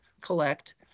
collect